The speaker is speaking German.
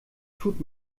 tut